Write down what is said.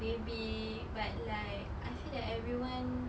maybe but like I feel that everyone